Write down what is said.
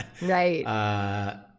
Right